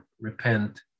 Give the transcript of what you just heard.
repent